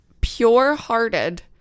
pure-hearted